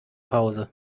pause